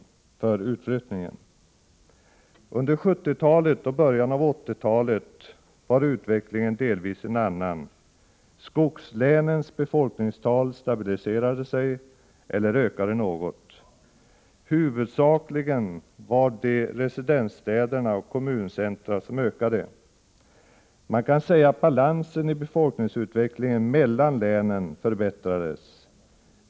Under 1970-talet och början av 1980-talet var utvecklingen delvis en annan. Skogslänens befolkningstal stabiliserade sig eller ökade något. Huvudsakligen var det i residensstäderna och i kommuncentra som ökningen ägde rum. Man kan säga att balansen i befolkningsutvecklingen mellan länen förbättrades.